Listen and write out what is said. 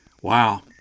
wow